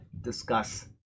discuss